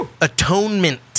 Atonement